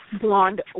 blonde